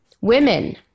women